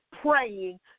praying